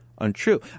untrue